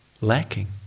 lacking